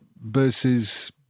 versus